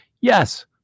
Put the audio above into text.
Yes